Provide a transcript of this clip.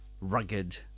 rugged